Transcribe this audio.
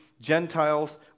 Gentiles